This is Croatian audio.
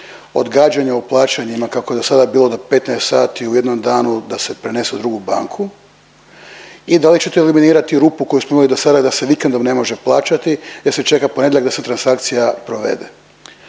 odgađanja u plaćanjima kako je dosada bilo do 15 sati u jednom danu da se prenesu u drugu banku i da li ćete eliminirati rupu koju smo imali dosada da se vikendom ne može plaćati jer se čeka ponedjeljak da se transakcija provede?